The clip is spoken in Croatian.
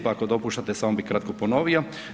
Pa ako dopuštate samo bih kratko ponovio.